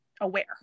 aware